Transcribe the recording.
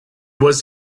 was